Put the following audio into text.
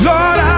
Lord